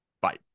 Bye